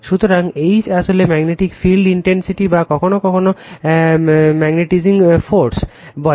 সুতরাং H আসলে magnetic field intensity বা কখনও কখনও ম্যাগ্নেটাইজিং ফোর্স বলে